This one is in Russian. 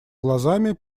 глазами